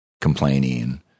complaining